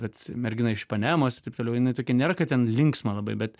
vat mergina iš panamos taip toliau jinai tokia nėra kad ten linksma labai bet